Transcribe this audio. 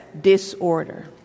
disorder